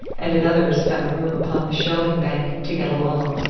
and at others found room upon the shelving bank to get along,